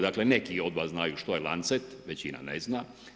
Dakle, neki od vas znaju što je Lancet, većina ne zna.